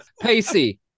Pacey